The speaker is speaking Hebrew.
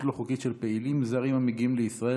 לא חוקית של פעילים זרים המגיעים לישראל,